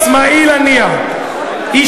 אני לא צריך,